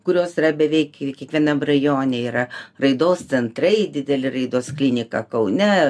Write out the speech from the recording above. kurios yra beveik kiekvienam rajone yra raidos centrai didelį raidos klinika kaune